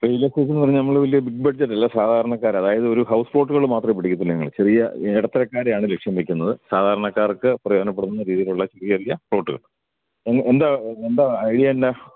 real എസ്റ്റേറ്റെന്നു പറഞ്ഞാൽ നമ്മൾ വലിയ ബിഗ് ബഡ്ജറ്റല്ല സാധാരണക്കാരത് ആയതൊരു ഹൗസ് പ്ലോട്ടുകൾ മാത്രം പിടിക്കത്തുള്ളൂ ഞങ്ങൾ ചെറിയ ഇടത്തരക്കാരെയാണ് ലക്ഷ്യം വെക്കുന്നത് സാധാരണക്കാർക്ക് പ്രയോജനപ്പെടുന്ന രീതീലുള്ള ചെറിയ ചെറിയ പ്ലോട്ടുകൾ എന്താ എന്താ ഐഡിയ എന്താ